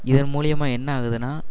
இதன் மூலிமா என்ன ஆகுதுன்னா